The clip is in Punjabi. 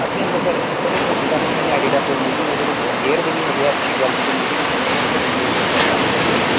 ਅੱਠ ਨੰਬਰ ਸਰ ਸਰ ਉਹ ਤਾਂ ਜਿੱਦਾਂ ਹੁਣ ਤੁਹਾਨੂੰ ਐਡੀਡਾਸ ਦੇ ਮਿਲ ਜੂਗੇ ਉਹਦੇ ਵਿੱਚ ਏਅਰ ਦੇ ਵੀ ਹੈਗੇ ਹੈ ਅੱਛੀ ਕੋਆਲਟੀ ਦੇ ਮਿਲ ਜੂਗੇ ਤੁਹਾਨੂੰ ਇੰਨੇ ਕੁ ਇੰਨੇ ਕੁ ਪੈੇਸਿਆਂ 'ਚ ਤੁਹਾਡੇ ਕੋਲੋਂ